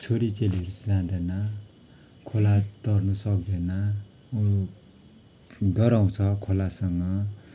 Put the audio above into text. छोरी चेलीहरू चाहिँ जाँदैन खोला तर्नु सक्दैन उ डराउँछ खोलासँग